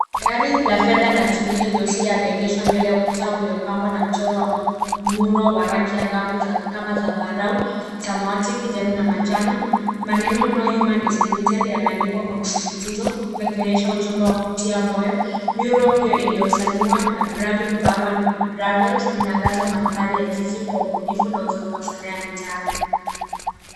Gari la fedha na jingine jeusi yameegeshwa mbele ya ukuta uliopambwa na mchoro wa muundo wa rangi angavu kama zambarau, samawati, kijani na manjano. Maneno no human is limited yameandikwa kwa msisitizo yakionyesha ujumbe wa kutia moyo. Miundo hiyo ilisaniwa na Bravin Bharvan Ravels inaangaza mandhari ya jiji kwa ubunifu na uzuri wa sanaa ya mitaani.